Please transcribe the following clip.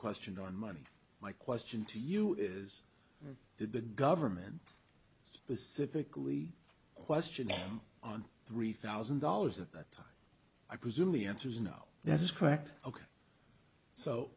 question our money my question to you is did the government specifically question him on three thousand dollars at that time i presume the answer is no that is correct ok so